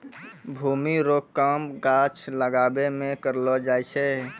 भूमि रो काम गाछ लागाबै मे करलो जाय छै